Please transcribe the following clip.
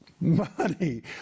money